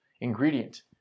ingredient